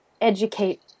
educate